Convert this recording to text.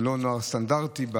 לא סטנדרטית.